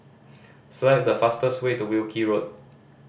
select the fastest way to Wilkie Road